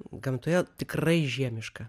gamtoje tikrai žiemiška